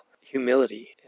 humility